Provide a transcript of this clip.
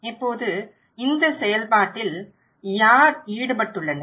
இப்போது இந்த செயல்பாட்டில் யார் ஈடுபட்டுள்ளனர்